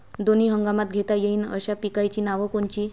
दोनी हंगामात घेता येईन अशा पिकाइची नावं कोनची?